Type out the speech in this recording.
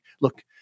look